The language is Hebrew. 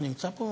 הוא נמצא פה?